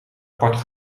apart